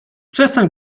przestań